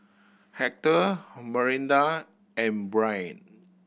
Hector Marinda and Brianne